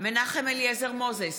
מנחם אליעזר מוזס,